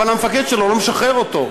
אבל המפקד שלו לא משחרר אותו.